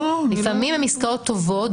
לפעמים הן עסקאות טובות,